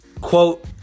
quote